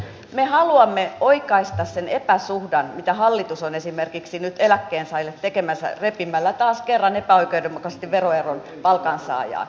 me haluamme oikaista sen epäsuhdan mitä hallitus on esimerkiksi nyt eläkkeensaajille tekemässä repimällä taas kerran epäoikeudenmukaisesti veroeron palkansaajaan